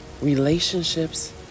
relationships